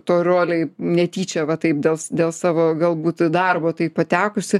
toj rolėj netyčia va taip dėl dėl savo galbūt darbo taip patekusi